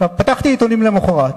פתחתי עיתונים למחרת,